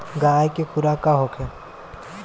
गाय के खुराक का होखे?